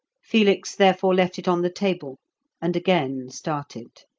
felix therefore left it on the table and again started.